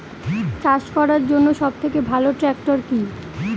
চাষ করার জন্য সবথেকে ভালো ট্র্যাক্টর কি?